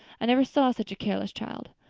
i never saw such a careless child.